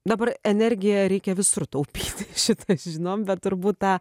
dabar energiją reikia visur taupyti šitą žinom bet turbūt tą